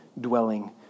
dwelling